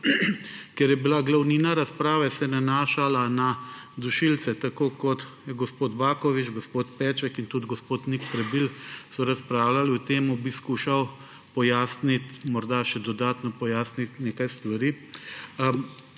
Ker se je glavnina razprave nanašala na dušilce, gospod Baković, gospod Peček in tudi gospod Nik Prebil so razpravljali o tem, bi skušal morda še dodatno pojasniti nekaj stvari.